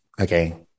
Okay